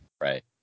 Right